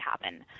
happen